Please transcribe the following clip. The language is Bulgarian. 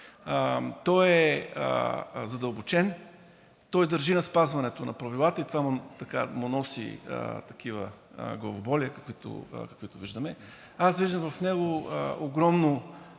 Той е задълбочен, той държи на спазването на правилата и това му носи такива главоболия, каквито виждаме. Аз виждам в него огромно